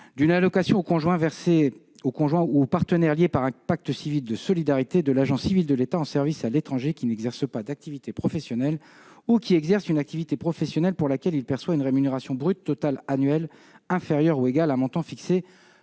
conjoint versée au conjoint ou au partenaire lié par un pacte civil de solidarité de l'agent civil de l'État en service à l'étranger qui n'exerce pas d'activité professionnelle ou qui exerce une activité professionnelle pour laquelle il perçoit une rémunération brute totale annuelle inférieure ou égale à un montant fixé